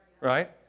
right